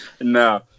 No